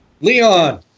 Leon